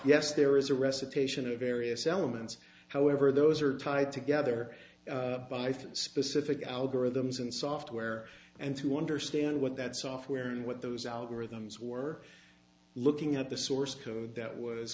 yes there is a recitation of various elements however those are tied together by three specific algorithms and software and to understand what that software and what those algorithms were looking at the source code that was